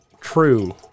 true